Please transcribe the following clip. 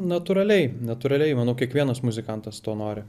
natūraliai natūraliai manau kiekvienas muzikantas to nori